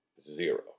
Zero